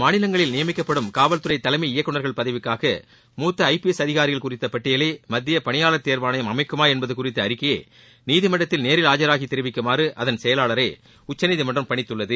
மாநிலங்களில் நியமிக்கப்படும் காவல்துறை தலைமை இயக்குநர்கள் பதவிக்காக மூத்த ஐ பி எஸ் அதிகாரிகள் குறித்த பட்டியலை மத்திய பணியாளர் தேர்வானையம் அமைக்குமா என்பது குறித்த அறிக்கையை நீதிமன்றத்தில் நேரில் ஆஜராகி தெரிவிக்குமாறு அதன் செயலாளரை உச்சநீதிமன்றம் பணித்துள்ளது